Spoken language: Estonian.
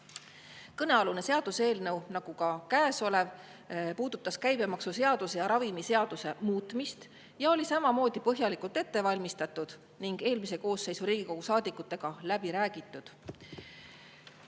seaduseelnõu nagu ka käesolev [eelnõu] puudutas käibemaksuseaduse ja ravimiseaduse muutmist ja oli samamoodi põhjalikult ette valmistatud ning eelmise Riigikogu koosseisu saadikutega läbi räägitud.